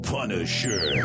Punisher